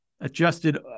adjusted